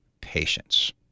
patience